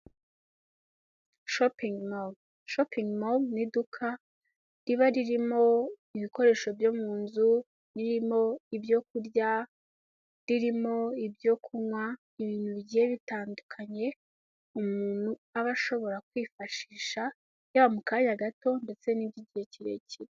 Shopingi moru. Shopingi moru ni iduka riba ririmo ibikoresho byo mu nzu, ririmo ibyokurya, ririmo ibyo kunywa, ibintu bigiye bitandukanye umuntu aba ashobora kwifashisha yaba mu kanya gato ndetse n'iby'igihe kirekire.